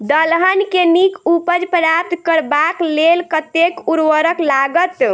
दलहन केँ नीक उपज प्राप्त करबाक लेल कतेक उर्वरक लागत?